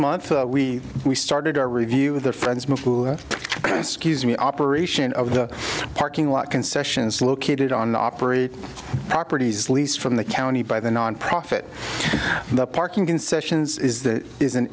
month we we started our review of the friends scuse me operation of the parking lot concessions located on operate properties leased from the county by the nonprofit and the parking concessions is that is an